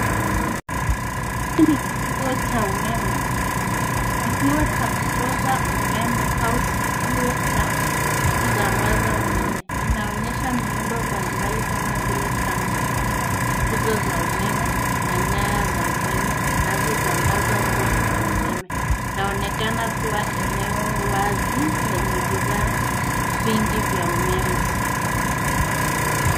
Kituo cha kupoza umeme au kituo cha kusambaza umeme kinaonekana. Kimezungukwa na miundo mbalimbali kama vile transfoma, nguzo za umeme na nyaya kubwa zinazotumika kusambaza nguvu za umeme. Eneo hili ni wazi na limejaa vifaa vingi vya umeme vinavyoonyesha umuhimu wake katika usambazaji wa nishati.